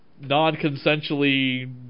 Non-consensually